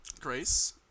grace